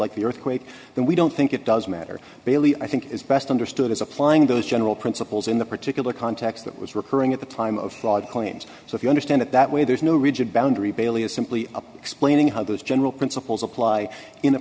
like the earthquake then we don't think it does matter bailey i think is best understood as applying those general principles in the particular context that was recurring at the time of flawed claims so if you understand it that way there's no rigid boundary bailey is simply explaining how those general principles apply in a